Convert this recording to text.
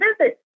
visit